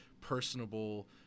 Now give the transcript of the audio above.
personable